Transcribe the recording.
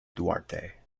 duarte